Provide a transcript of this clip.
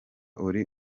uri